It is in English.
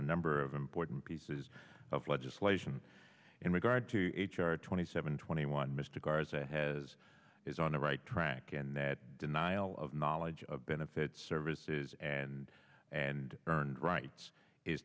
a number of important pieces of legislation in regard to h r twenty seven twenty one mr garza has is on the right track and that denial of knowledge of benefits services and and earned rights is